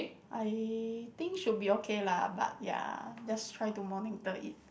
I think should be okay lah but ya just try to monitor it